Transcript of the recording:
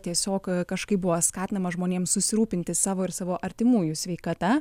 tiesiog kažkaip buvo skatinama žmonėm susirūpinti savo ir savo artimųjų sveikata